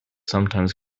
sometimes